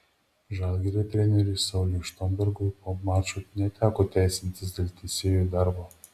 žalgirio treneriui sauliui štombergui po mačo neteko teisintis dėl teisėjų darbo